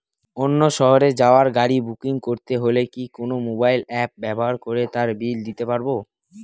অন্য শহরে যাওয়ার গাড়ী বুকিং করতে হলে কি কোনো মোবাইল অ্যাপ ব্যবহার করে তার বিল দিতে পারব?